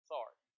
Sorry